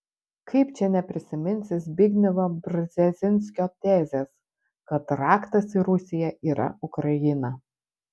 kaip čia neprisiminsi zbignevo brzezinskio tezės kad raktas į rusiją yra ukraina